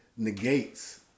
negates